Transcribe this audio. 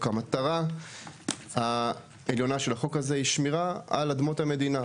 המטרה העליונה של החוק הזה היא שמירה על אדמות המדינה.